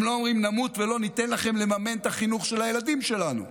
הם לא אומרים: נמות ולא ניתן לכם לממן את החינוך של הילדים שלנו.